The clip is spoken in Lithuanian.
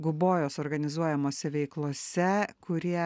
gubojos organizuojamose veiklose kurie